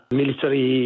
military